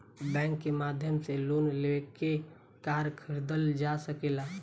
bank के माध्यम से लोन लेके कार खरीदल जा सकेला